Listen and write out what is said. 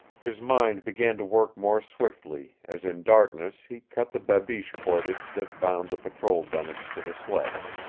his mind began to work more swiftly as in darkness he cut the babiche cordage that bound the patrol dunnage to the sledge.